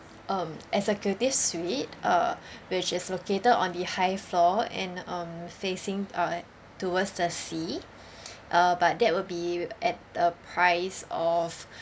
um executive suite uh which is located on the high floor and um facing uh towards the sea uh but that will be at the price of